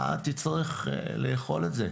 אתה תצטרך לאכול את זה.